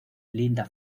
linda